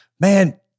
man